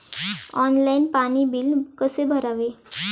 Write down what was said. Online पाणी bill कसे भरावे?